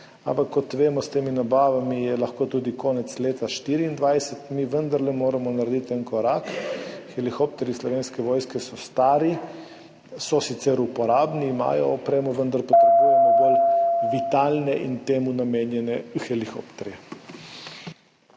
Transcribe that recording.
ampak kot vemo, je lahko s temi nabavami tudi konec leta 2024. Mi vendarle moramo narediti en korak. Helikopterji Slovenske vojske so stari, so sicer uporabni, imajo opremo, vendar potrebujemo bolj vitalne in temu namenjene helikopterje.